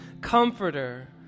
Comforter